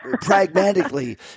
pragmatically